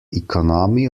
economy